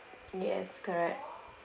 yes correct